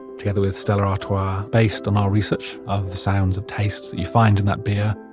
together with stella artois, based on our research of the sounds of tastes that you find in that beer.